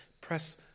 press